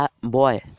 boy